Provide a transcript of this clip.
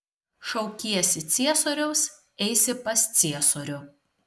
šaukiesi ciesoriaus eisi pas ciesorių